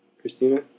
Christina